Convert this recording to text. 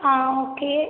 ஆ okay